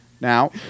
Now